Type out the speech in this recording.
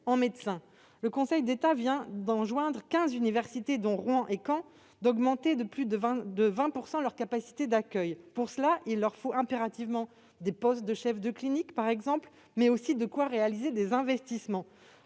en médecins. Le Conseil d'État vient d'enjoindre à quinze universités, dont celles de Rouen et de Caen, d'augmenter de 20 % leurs capacités d'accueil. Pour ce faire, il leur faut impérativement des postes de chefs de clinique, par exemple, mais aussi de quoi réaliser des investissements.